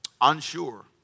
unsure